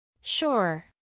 Sure